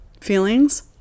feelings